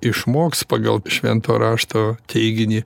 išmoks pagal švento rašto teiginį